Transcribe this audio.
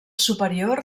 superior